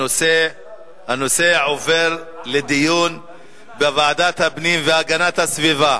הנושא עובר לדיון בוועדת הפנים והגנת הסביבה.